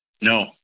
No